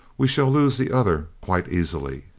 we shall lose the other quite easily.